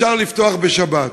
אפשר לפתוח בשבת.